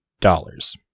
Dollars